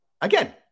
Again